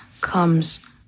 comes